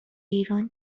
ایران